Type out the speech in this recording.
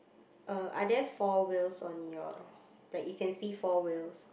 uh are there four wheels on yours like you can see four wheels